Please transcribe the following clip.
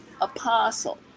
apostle